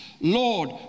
Lord